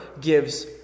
gives